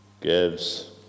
gives